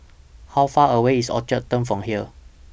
How Far away IS Orchard Turn from here